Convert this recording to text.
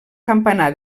campanar